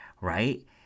right